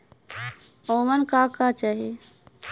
ओमन का का चाही?